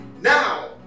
now